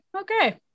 okay